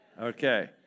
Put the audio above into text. Okay